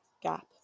gap